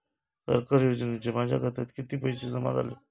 सरकारी योजनेचे माझ्या खात्यात किती पैसे जमा झाले?